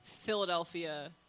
Philadelphia